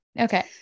Okay